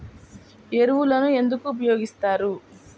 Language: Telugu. ఎరువులను ఎందుకు ఉపయోగిస్తారు?